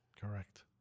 Correct